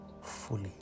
fully